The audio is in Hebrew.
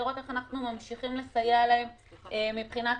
לראות איך ממשיכים לסייע להם מבחינת